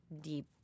deep